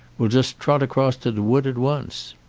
we'll just trot across to the wood at once.